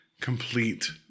complete